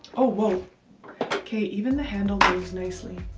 oh whoa okay, even the handle goes nicely